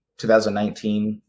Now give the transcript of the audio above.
2019